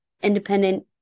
independent